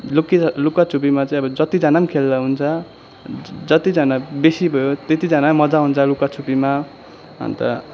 लुकी लुकाछुपीमा चाहिँ अब जतिजना नि खेल्दा हुन्छ जतिजना बेसी भयो त्यतिजना मजा आउँछ लुकाछुपीमा अन्त